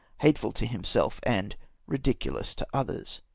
hatefid to himself, and ridiculous to others.